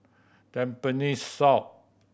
Tampines South